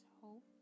hope